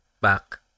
back